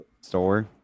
store